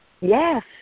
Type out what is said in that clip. Yes